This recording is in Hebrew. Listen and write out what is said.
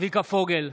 צביקה פוגל,